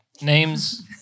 names